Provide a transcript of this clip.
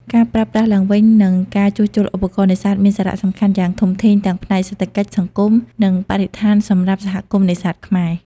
ការប្រើប្រាស់ឡើងវិញ និងការជួសជុលឧបករណ៍នេសាទមានសារៈសំខាន់យ៉ាងធំធេងទាំងផ្នែកសេដ្ឋកិច្ច សង្គម និងបរិស្ថានសម្រាប់សហគមន៍នេសាទខ្មែរ។